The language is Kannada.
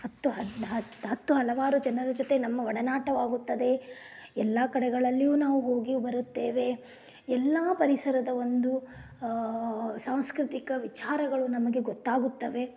ಹತ್ತು ಹತ್ತು ಹಲವಾರು ಜನರ ಜೊತೆ ನಮ್ಮ ಒಡನಾಟವಾಗುತ್ತದೆ ಎಲ್ಲ ಕಡೆಗಳಲ್ಲಿಯೂ ನಾವು ಹೋಗಿ ಬರುತ್ತೇವೆ ಎಲ್ಲ ಪರಿಸರದ ಒಂದು ಸಾಂಸ್ಕೃತಿಕ ವಿಚಾರಗಳು ನಮಗೆ ಗೊತ್ತಾಗುತ್ತವೆ